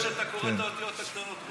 שאפו על זה שאתה קורא את האותיות הקטנות.